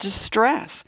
distress